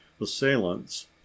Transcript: assailants